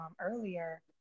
earlier